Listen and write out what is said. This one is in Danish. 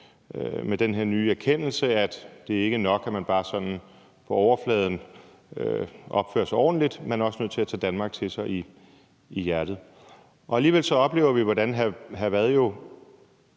om den her nye erkendelse af, at det ikke er nok, at man bare sådan på overfladen opfører sig ordentligt, men at man også er nødt til at tage Danmark til sig i hjertet. Alligevel oplever vi, hvordan hr. Frederik